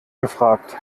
gefragt